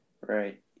Right